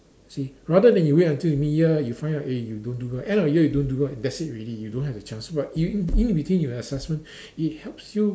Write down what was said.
see rather than you wait until mid year you find out eh you don't do well end of year you don't well that's it already you don't have a chance but in in between you have assessment it helps you